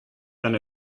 than